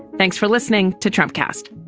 thanks for listening to trump cast